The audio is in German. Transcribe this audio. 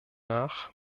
nach